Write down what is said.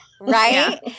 Right